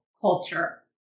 culture